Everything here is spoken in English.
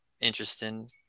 interesting